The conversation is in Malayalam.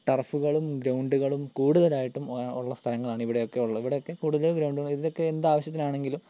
ടർഫുകളും ഗ്രൗണ്ടുകളും കൂടുതലായിട്ടും ഉള്ള സ്ഥലങ്ങളാണ് ഇവിടെയൊക്കെ ഉള്ളെ ഇവിടെയൊക്കെ കൂടുതലും ഗ്രൗണ്ടുകളും ഇതൊക്കെ എന്താവശ്യത്തിനാണെങ്കിലും